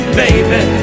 baby